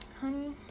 honey